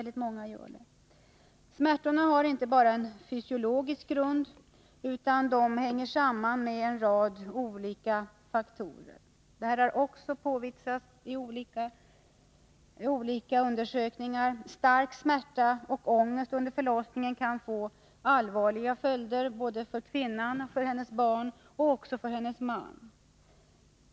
Smärtorna har inte bara en fysiologisk grund utan hänger samman med en rad olika faktorer. Detta har påvisats i olika undersökningar. Stark smärta och ångest under förlossningen kan få allvarliga följder både för kvinnan och för hennes barn, liksom också för hennes man.